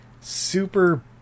super